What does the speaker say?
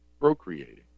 procreating